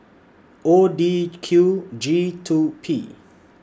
O D Q G two P